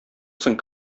соң